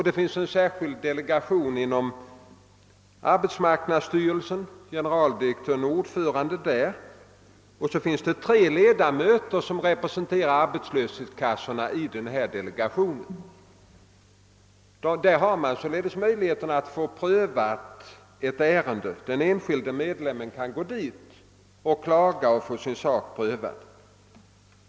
Det finns inom arbetsmarknadsstyrelsen en särskild delegation med generaldirektören som ordförande och tre ledamöter som representerar arbetslöshetskassorna, och inför denna delegation kan den enskilde medlemmen få ett ärende prövat.